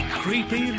creepy